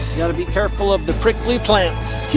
gotta be careful of the prickly plants. yeah,